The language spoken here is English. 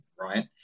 right